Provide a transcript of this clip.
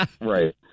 Right